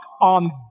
on